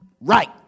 right